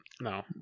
No